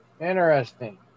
Interesting